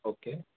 okay